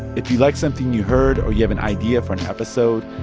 if you like something you heard or you have an idea for an episode,